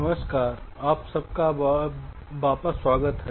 नमस्कार वापस स्वागत है